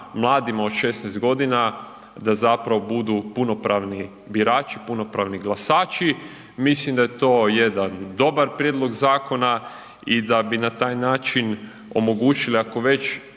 mladima od 16.g. da zapravo budu punopravni birači, punopravni glasači, mislim da je to jedan dobar prijedlog zakona i da bi na taj način omogućili, ako već